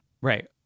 Right